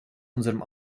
unserem